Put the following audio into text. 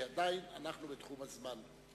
כי עדיין אנחנו בתחום הזמן.